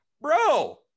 Bro